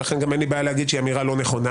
לכן גם אין לי בעיה להגיד שהיא אמירה לא נכונה,